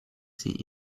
sie